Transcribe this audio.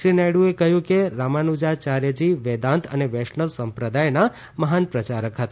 શ્રી નાયડુએ કહ્યું કે રામાનુજાયાર્યજી વેદાંત અને વૈષ્ણવ સંપ્રદાયના મહાન પ્રચારક હતા